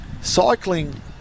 cycling